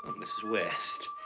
ah mrs. west.